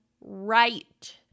right